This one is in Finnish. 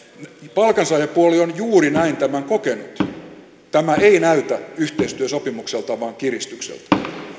palkansaajapuoli on juuri näin tämän kokenut tämä ei näytä yhteistyösopimukselta vaan kiristykseltä